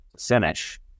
finish